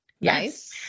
yes